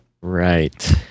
right